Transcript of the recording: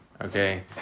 okay